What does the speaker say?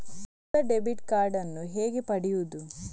ಹೊಸ debit card ನ್ನು ಹೇಗೆ ಪಡೆಯುದು?